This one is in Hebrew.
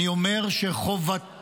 אני אומר שחובתנו,